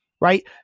right